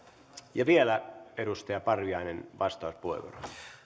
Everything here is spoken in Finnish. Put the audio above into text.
vielä edustaja parviaiselle vastauspuheenvuoro